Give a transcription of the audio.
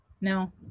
No